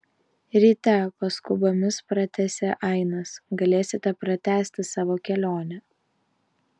ryte paskubomis pratęsė ainas galėsite pratęsti savo kelionę